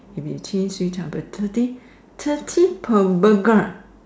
if you change three hundred thirty thirty per burger